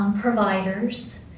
providers